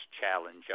challenge